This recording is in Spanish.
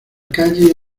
calle